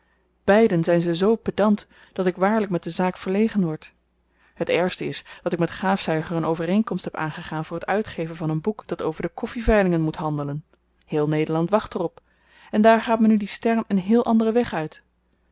beiden zyn ze zoo pedant dat ik waarlyk met de zaak verlegen word het ergste is dat ik met gaafzuiger een overeenkomst heb aangegaan voor het uitgeven van een boek dat over de koffiveilingen moet handelen heel nederland wacht er op en daar gaat me nu die stern een heel anderen weg uit